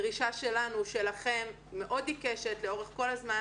הדרישה שלנו, שלכם, מאוד עיקשת לאורך כל הזמן